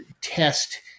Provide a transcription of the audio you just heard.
test –